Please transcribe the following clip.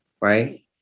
right